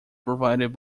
provided